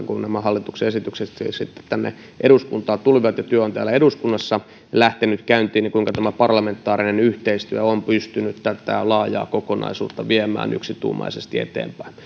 kun nämä hallituksen esitykset tänne eduskuntaan tulivat ja työ täällä eduskunnassa lähti käyntiin parlamentaarinen yhteistyö on pystynyt tätä laajaa asiakokonaisuutta viemään yksituumaisesti eteenpäin